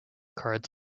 cards